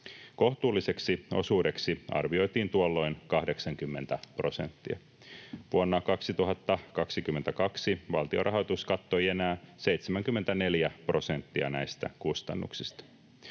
Kohtuulliseksi osuudeksi arvioitiin tuolloin 80 prosenttia. Vuonna 2022 valtion rahoitus kattoi enää 74 prosenttia näistä kustannuksista.